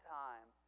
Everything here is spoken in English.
time